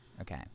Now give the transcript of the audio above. Okay